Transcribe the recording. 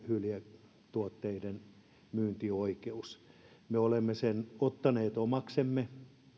hyljetuotteiden myyntioikeus me olemme sen ottaneet omaksemme